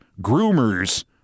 groomers